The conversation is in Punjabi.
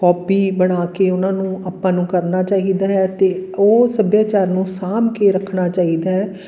ਹੋਬੀ ਬਣਾ ਕੇ ਉਹਨਾਂ ਨੂੰ ਆਪਾਂ ਨੂੰ ਕਰਨਾ ਚਾਹੀਦਾ ਹੈ ਅਤੇ ਉਹ ਸੱਭਿਆਚਾਰ ਨੂੰ ਸਾਂਭ ਕੇ ਰੱਖਣਾ ਚਾਹੀਦਾ ਹੈ